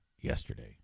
yesterday